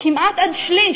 כמעט עד שליש,